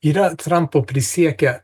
yra trampo prisiekę